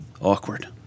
Awkward